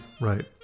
Right